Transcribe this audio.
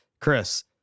Chris